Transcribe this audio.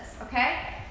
okay